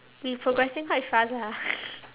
we progressing quite fast ah